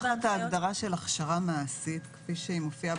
אם זה נכנס תחת ההגדרה של הכשרה מעשית כפי שהיא מופיעה,